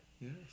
Yes